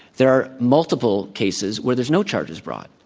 there are multiple cases where there's no charges brought.